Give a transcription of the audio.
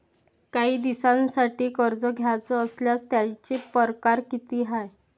कायी दिसांसाठी कर्ज घ्याचं असल्यास त्यायचे परकार किती हाय?